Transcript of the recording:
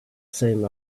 same